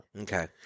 Okay